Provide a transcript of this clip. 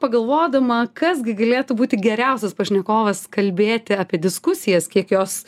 pagalvodama kas gi galėtų būti geriausias pašnekovas kalbėti apie diskusijas kiek jos